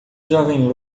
jovem